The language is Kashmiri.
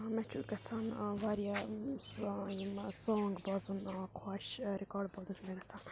مےٚ چھُ گَژھان واریاہ سو یِم سانٛگ بوزُن خۄش رِکاڈ بوزُن چھُ مےٚ گَژھان